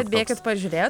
atbėkit pažiūrėt